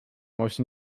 most